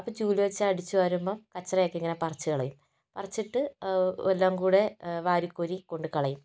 അപ്പം ചൂല് വച്ച് അടിച്ചു വാരുമ്പം കച്ചറയൊക്കെ ഇങ്ങനെ പറിച്ച് കളയും പറിച്ചിട്ട് എല്ലാം കൂടെ വാരിക്കോരി കൊണ്ടുപോയി കളയും